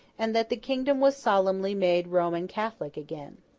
and that the kingdom was solemnly made roman catholic again.